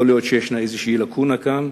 יכול להיות שיש איזו לקונה כאן,